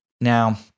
Now